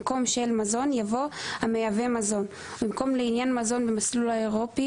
במקום "של מזון" יבוא "המייבא מזון" ובמקום "לעניין מזון במסלול האירופי